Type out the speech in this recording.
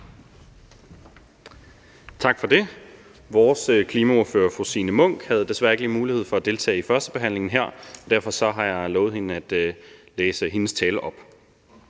Tak for det. Vores klimaordfører, fru Signe Munk, havde desværre ikke mulighed for at deltage i førstebehandlingen her, og derfor har jeg lovet hende at læse hendes tale op.